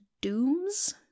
Dooms